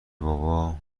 بابا